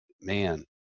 man